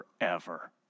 forever